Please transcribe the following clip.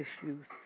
issues